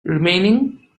remaining